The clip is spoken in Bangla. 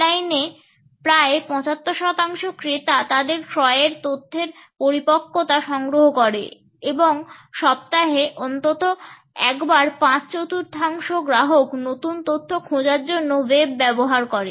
অনলাইনে প্রায় 75 শতাংশ ক্রেতা তাদের ক্রয়ের তথ্যের পরিপক্কতা সংগ্রহ করে এবং সপ্তাহে অন্তত একবার পাঁচ চতুর্থাংশ গ্রাহক নতুন তথ্য খোঁজার জন্য ওয়েব ব্যবহার করে